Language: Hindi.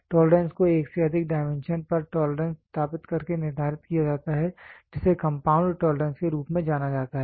टोलरेंस को एक से अधिक डायमेंशन पर टोलरेंस स्थापित करके निर्धारित किया जाता है जिसे कंपाउंड टोलरेंस के रूप में जाना जाता है